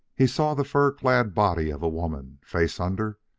he saw the fur-clad body of a woman, face under,